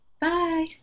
Bye